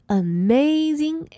amazing